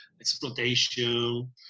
exploitation